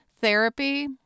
therapy